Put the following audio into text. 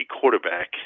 quarterback